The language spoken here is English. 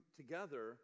together